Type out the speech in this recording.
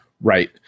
Right